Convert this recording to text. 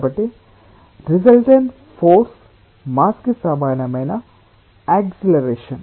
కాబట్టి resultant force mass కి సమానమైన యాక్సిలరేషన్